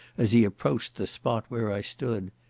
as he approached the spot where i stood,